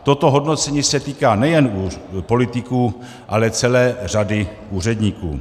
Toto hodnocení se týká nejen politiků, ale celé řady úředníků.